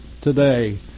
today